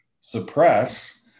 suppress